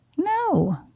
No